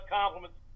Compliments